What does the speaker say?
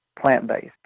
plant-based